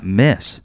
miss